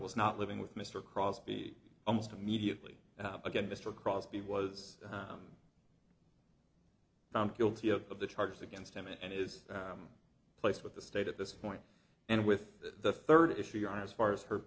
was not living with mr crosby almost immediately and again mr crosby was found guilty of the charges against him and is placed with the state at this point and with the third issue you are as far as her